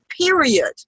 period